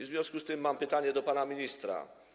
W związku z tym mam pytanie do pana ministra.